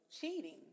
cheating